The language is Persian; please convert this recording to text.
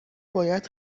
باید